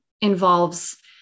involves